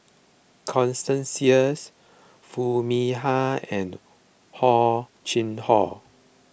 Constance Sheares Foo Mee Har and Hor Chim Hor